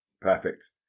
perfect